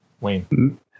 Wayne